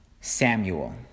Samuel